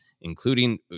including